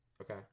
Okay